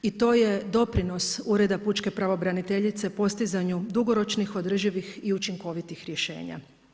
I to je doprinos ureda Pučke pravobraniteljice u postizanju dugoročnih, održivih i učinkovitih rješenja.